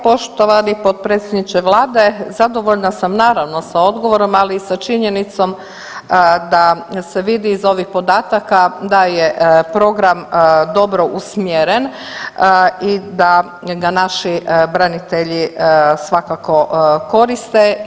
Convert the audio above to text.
Poštovani potpredsjedniče Vlade zadovoljna sam naravno sa odgovorom, ali i sa činjenicom da se vidi iz ovih podataka da je program dobro usmjeren i da ga naši branitelji svakako koriste.